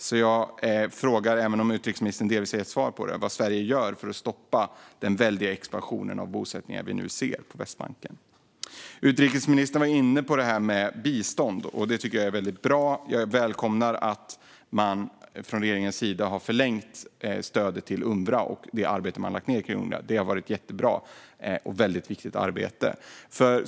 Jag vill därför fråga utrikesministern, även om hon delvis har gett svar på det, vad Sverige gör för att stoppa den väldiga expansionen av bosättningar som vi nu ser på Västbanken. Utrikesministern var inne på frågan om bistånd. Det tycker jag är mycket bra. Jag välkomnar att man från regeringens sida har förlängt stödet till Unrwa. Det arbete som man har lagt ned på Unrwa har varit jättebra och mycket viktigt.